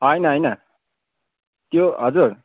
होइन होइन त्यो हजुर